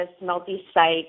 multi-site